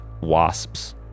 wasps